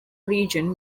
region